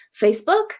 Facebook